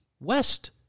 West